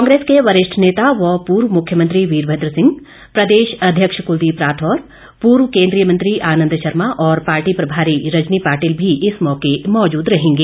कांग्रेस के वरिष्ठ नेता व पूर्व मुख्यमंत्री वीरभद्र सिंह प्रदेश अध्यक्ष कुलदीप राठौर पूर्व केंद्रीय मंत्री आनंद शर्मा और पार्टी प्रभारी रजनी पाटिल भी इस मौके मौजूद रहेंगे